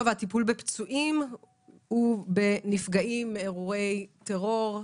והטיפול בפצועים ובנפגעים מאירועי הטרור.